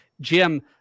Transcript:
Jim